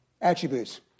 attributes